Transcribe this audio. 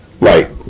right